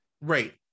Right